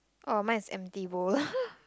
orh mine is empty bowl